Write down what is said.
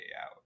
out